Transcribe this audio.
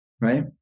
right